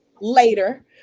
later